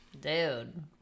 Dude